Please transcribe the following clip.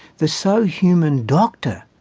the so-human doctor,